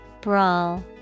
Brawl